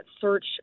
search